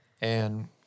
and-